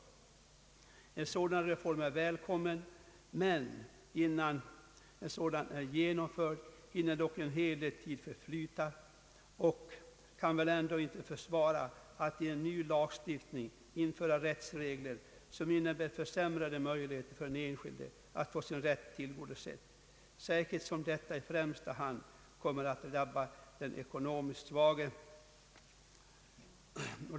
En sådan reform är välkommen, men innan den är genomförd hinner en hel del tid förflyta; och detta kan väl ändå inte försvara att man i en ny lagstiftning inför rättsregler som innebär försämrade möjligheter för den enskilde att få sin rätt tillgodosedd, särskilt som detta i första hand kommer att drabba den ekonomiskt svage.